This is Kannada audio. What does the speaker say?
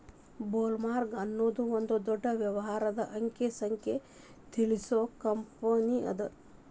ಬ್ಲೊಮ್ರಾಂಗ್ ಅನ್ನೊದು ಒಂದ ದೊಡ್ಡ ವ್ಯವಹಾರದ ಅಂಕಿ ಸಂಖ್ಯೆ ತಿಳಿಸು ಕಂಪನಿಅದ